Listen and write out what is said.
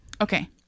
Okay